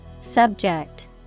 Subject